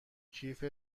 کیف